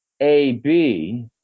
AB